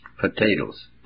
potatoes